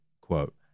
quote